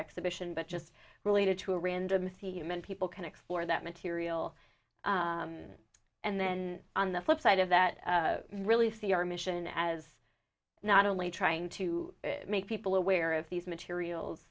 exhibition but just related to a random c n n people can explore that material and then on the flip side of that really see our mission as not only trying to make people aware of these materials